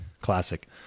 Classic